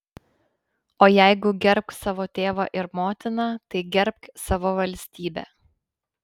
o jeigu gerbk savo tėvą ir motiną tai gerbk savo valstybę